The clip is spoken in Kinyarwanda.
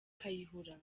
kayihura